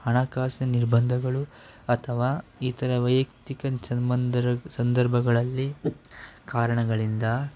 ಹಣಕಾಸಿನ ನಿರ್ಬಂಧಗಳು ಅಥವಾ ಈ ಥರ ವೈಯಕ್ತಿಕ ಸಂಬಂಧರ ಸಂದರ್ಭ ಗಳಲ್ಲಿ ಕಾರಣಗಳಿಂದ